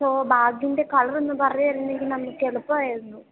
ഓ ബാഗിൻ്റെ കളറൊന്നു പറഞ്ഞായിരുന്നെങ്കിൽ നമുക്ക് എളുപ്പമായിരുന്നു